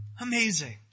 Amazing